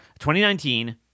2019